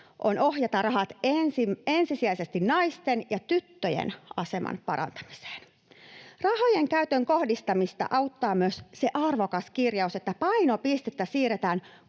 on ohjata rahat ensisijaisesti naisten ja tyttöjen aseman parantamiseen. Rahojen käytön kohdistamista auttaa myös se arvokas kirjaus, että painopistettä siirretään